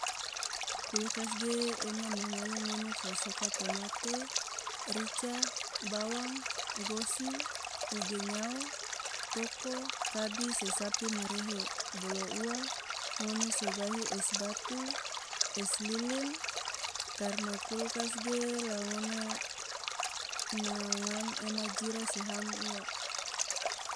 kulkas ge ena ma ngale ngone fo soka tomate, rica, bawang, gosi, uge nyao, toko, kabi se sapi ma rehe. Bolo ua, ngone so gahi es batu es lilin. Karna kulkas ge la ngone na ngam ena jira se ham ua.